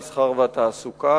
המסחר והתעסוקה,